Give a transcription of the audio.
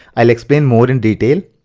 i'll explain more in detail.